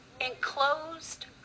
enclosed